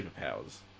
superpowers